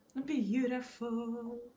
beautiful